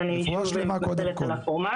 אז אני מתנצלת על הפורמט.